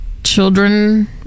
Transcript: children